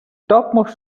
topmost